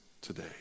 today